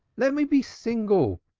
let me be single!